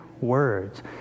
words